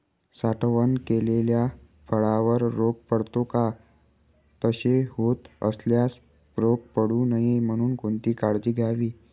साठवण केलेल्या फळावर रोग पडतो का? तसे होत असल्यास रोग पडू नये म्हणून कोणती काळजी घ्यावी?